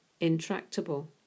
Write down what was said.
intractable